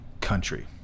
country